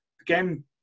again